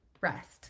rest